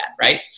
right